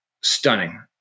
stunning